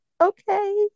Okay